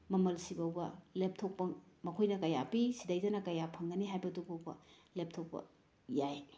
ꯃꯃꯜꯁꯤ ꯐꯥꯎꯕ ꯂꯦꯞꯊꯣꯛꯄ ꯃꯈꯣꯏꯅ ꯀꯌꯥ ꯄꯤ ꯁꯤꯗꯩꯗꯅ ꯀꯌꯥ ꯐꯪꯒꯅꯤ ꯍꯥꯏꯕꯗꯨ ꯐꯥꯎꯕ ꯂꯦꯞꯊꯣꯛꯄ ꯌꯥꯏ